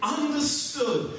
understood